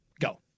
go